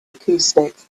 acoustics